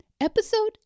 Episode